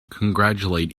congratulate